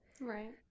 Right